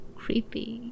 creepy